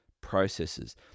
processes